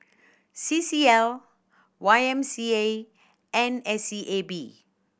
C C L Y M C A and S E A B